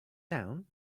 down